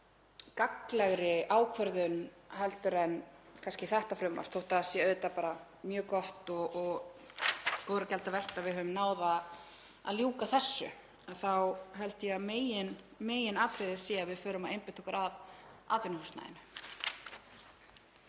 sé miklu gagnlegri ákvörðun en kannski þetta frumvarp. Þó að það sé auðvitað bara mjög gott og góðra gjalda vert að við höfum náð að ljúka því þá held ég að meginatriðið sé að við förum að einbeita okkur að atvinnuhúsnæðinu.